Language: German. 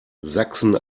sachsen